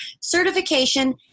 Certification